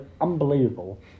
unbelievable